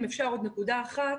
אם אפשר עוד נקודה אחת,